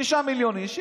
תשעה מיליון איש,